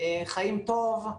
חיים טוב,